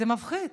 זה מפחיד.